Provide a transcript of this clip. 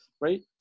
right